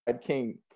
King